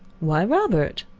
why, robert!